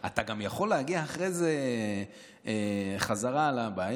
אתה גם יכול להגיע אחרי זה חזרה לבית,